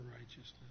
righteousness